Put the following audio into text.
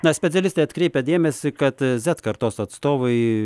na specialistė atkreipia dėmesį kad zet kartos atstovai